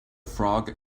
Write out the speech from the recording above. frog